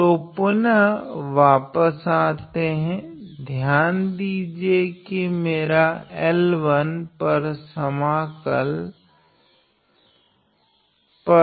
तो पुनः वापस आते है ध्यान दीजिए मेरे L1 पर समाकल पर